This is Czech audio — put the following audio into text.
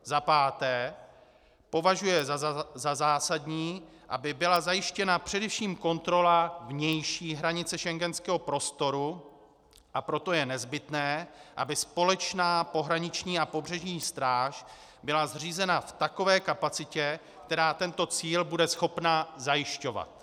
V. považuje za zásadní, aby byla zajištěna především kontrola vnější hranice schengenského prostoru, a proto je nezbytné, aby společná pohraniční a pobřežní stráž byla zřízena v takové kapacitě, která tento cíl bude schopna zajišťovat,